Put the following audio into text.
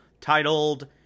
titled